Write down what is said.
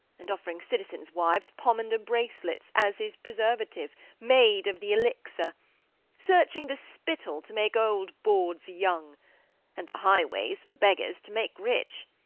and offering citizens' wives pomander-bracelets, as his preservative, made of the elixir searching the spittal, to make old bawds young and the highways, for beggars, to make rich.